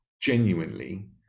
genuinely